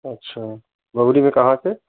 अच्छा बबुरी में कहाँ से